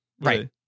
Right